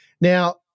now